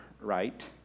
right